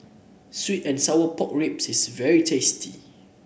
sweet and Sour Pork Ribs is very tasty